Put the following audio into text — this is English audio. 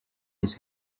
his